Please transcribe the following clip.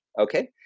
okay